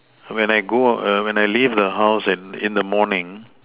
when I go err when I leave the house and in the morning